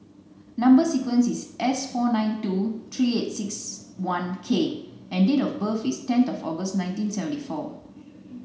number sequence is S four nine two three eight six one K and date of birth is ten of August nineteen seventy four